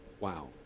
Wow